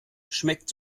schmeckt